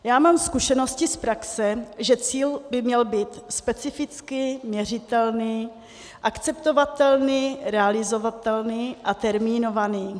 Já mám zkušenosti z praxe, že cíl by měl být specifický, měřitelný, akceptovatelný, realizovatelný a termínovaný.